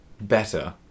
better